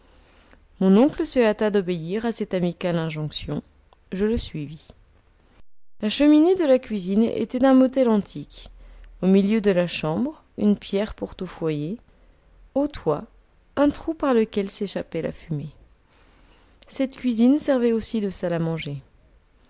mon oncle se hâta d'obéir à cette amicale injonction je le suivis la cheminée de la cuisine était d'un modèle antique au milieu de la chambre une pierre pour tout foyer au toit un trou par lequel s'échappait la fumée cette cuisine servait aussi de salle à manger